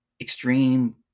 extreme